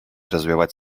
развивать